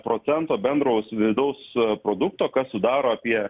procento bendraus vidaus produkto kas sudaro apie